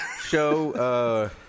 Show